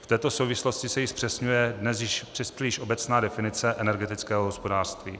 V této souvislosti se i zpřesňuje dnes již přespříliš obecná definice energetického hospodářství.